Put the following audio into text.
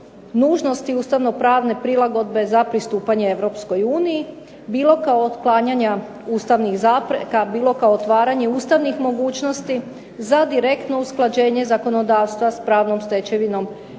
ustavnih zapreka, bilo kao otvaranja ustavnih mogućnosti za direktno usklađenje zakonodavstva sa pravnom stečevinom